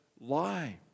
lie